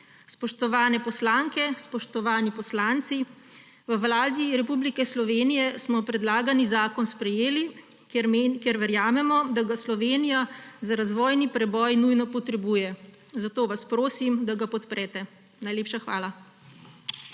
Spoštovane poslanke, spoštovani poslanci, v Vladi Republike Slovenije smo predlagani zakon sprejeli, ker verjamemo, da ga Slovenija za razvojni preboj nujno potrebuje, zato vas prosim, da ga podprete. Najlepša hvala.